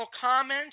comments